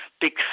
big